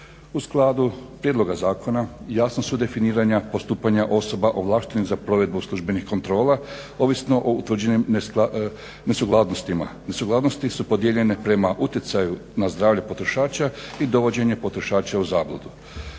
U skladu prijedloga zakona jasno su definirana postupanja osoba ovlaštenih za provedbu službenih kontrola ovisno o utvrđenim nesukladnostima. Nesukladnosti su podijeljene prema utjecaju na zdravlje potrošača i dovođenje potrošača u zabludu.